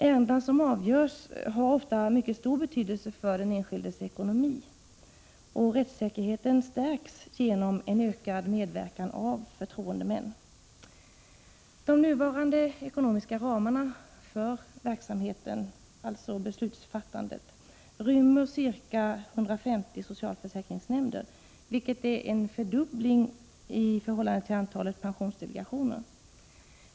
Ärendena som avgörs har ofta mycket stor betydelse för den enskildes ekonomi, och rättssäkerheten stärks genom en ökad medverkan av förtroendemän. De nuvarande ekonomiska ramarna för verksamheten — beslutsfattandet — rymmer ca 150 socialförsäkringsnämnder, vilket är en fördubbling i förhållande till antalet pensionsdelegationer.